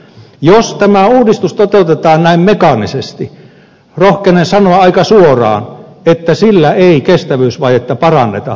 jos tämä uudistus toteutetaan näin mekaanisesti rohkenen sanoa aika suoraan että sillä ei kestävyysvajetta paranneta vaan se pahenee